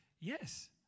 yes